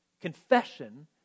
Confession